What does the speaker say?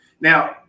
Now